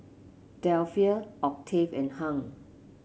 Delphia Octave and Hung